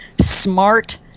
smart